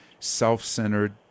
self-centered